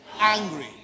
angry